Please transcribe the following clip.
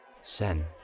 Sen